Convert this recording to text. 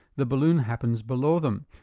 the balloon happens below them.